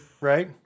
Right